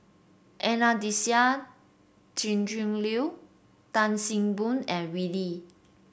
Anastasia Tjendri Liew Tan See Boo and Wee Lin